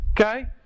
Okay